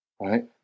right